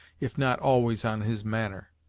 if not always on his manner.